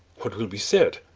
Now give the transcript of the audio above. what will be said?